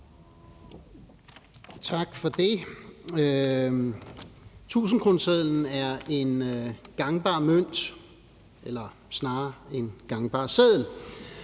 Tak for det. 1.000-kronesedlen er en gangbar mønt, eller snarere en gangbar seddel,